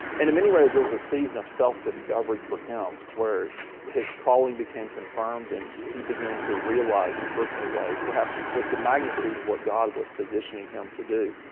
and in many ways it was a season of self discovery for him, where his calling became confirmed, and he began to realize in a personal way perhaps the the magnitude of what god was positioning him to do.